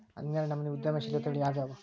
ಹನ್ನೆರ್ಡ್ನನಮ್ನಿ ಉದ್ಯಮಶೇಲತೆಗಳು ಯಾವ್ಯಾವು